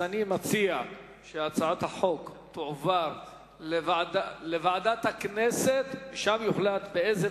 אני מציע שהצעת החוק תועבר לוועדת הכנסת ושם יוחלט באיזו